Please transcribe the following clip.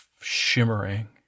shimmering